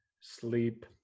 Sleep